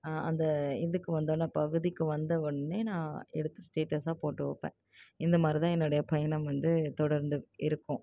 அந்த இதுக்கு வந்தோன்ன பகுதிக்கு வந்த உடனே நான் எடுத்து ஸ்டேட்டஸாக போட்டு வைப்பேன் இந்தமாதிரி தான் என்னுடைய பயணம் வந்து தொடர்ந்து இருக்கும்